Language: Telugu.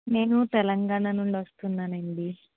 నేను తెలంగాణ నుండి వస్తున్నాను అండి